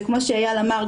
וכמו שאייל אמר,